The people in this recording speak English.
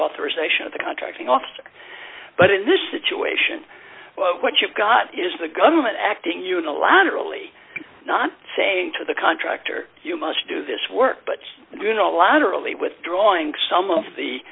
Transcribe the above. authorization of the contracting officer but in this situation what you've got is the government acting unilaterally not saying to the contractor you must do this work but unilaterally withdrawing some of the